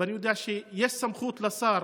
אני יודע שיש סמכות לשר